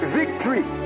victory